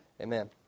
Amen